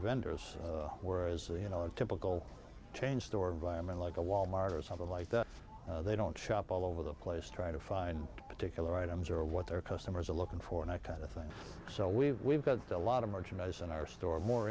vendors where as you know a typical change store environment like a wal mart or something like that they don't shop all over the place trying to find particular items or what their customers are looking for and i kind of thing so we've we've got a lot of merchandise in our store more